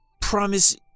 Promise